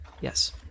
yes